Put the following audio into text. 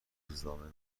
روزنامه